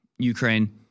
Ukraine